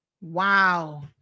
Wow